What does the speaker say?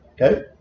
Okay